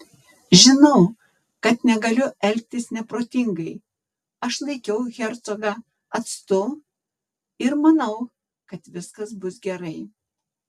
žinau kad negaliu elgtis neprotingai aš laikiau hercogą atstu ir manau kad viskas bus gerai